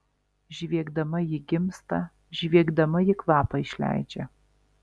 žviegdama ji gimsta žviegdama ji kvapą išleidžia